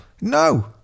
no